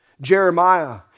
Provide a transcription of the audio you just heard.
Jeremiah